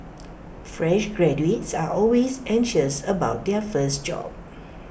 fresh graduates are always anxious about their first job